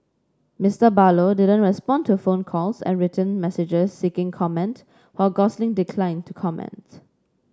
Mister Barlow didn't respond to phone calls and written messages seeking comment while Gosling declined to comment